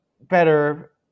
better